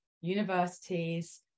universities